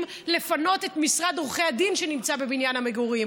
לפנות את משרד עורכי הדין שנמצא בבניין המגורים,